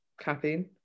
caffeine